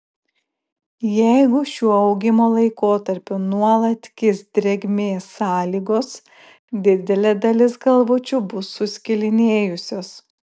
jeigu šiuo augimo laikotarpiu nuolat kis drėgmės sąlygos didelė dalis galvučių bus suskilinėjusios